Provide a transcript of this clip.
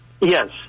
Yes